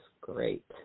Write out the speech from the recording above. Great